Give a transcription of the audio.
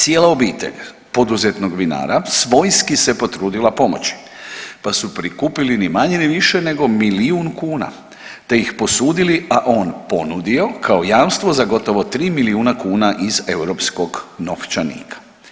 Cijela obitelj poduzetnog vinara svojski se potrudila pomoći pa su prikupili ni manje ni više nego milijun kuna te ih posudili, a on ponudio kao jamstvo za gotovo 3 milijuna kuna iz europskog novčanika.